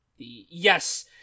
yes